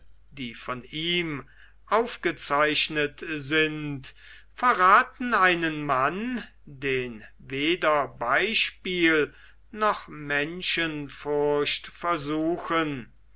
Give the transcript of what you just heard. die von ihm aufgezeichnet sind verrathen einen mann den weder beispiel noch menschenfurcht versuchen